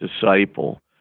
disciple